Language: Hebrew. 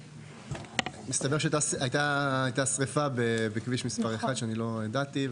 מסתבר שהייתה שריפה בכביש מספר 1 שאני לא ידעתי עליה,